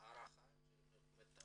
יש לך הערכה מתי?